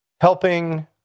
helping